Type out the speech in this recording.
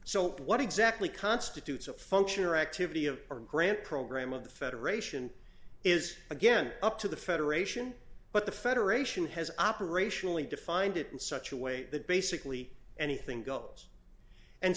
so what exactly constitutes a function or activity of our grant program of the federation is again up to the federation but the federation has operationally defined it in such a way that basically anything goes and